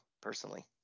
personally